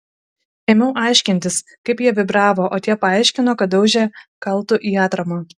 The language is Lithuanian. ėmiau aiškintis kaip jie vibravo o tie paaiškino kad daužė kaltu į atramą